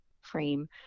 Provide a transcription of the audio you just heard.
frame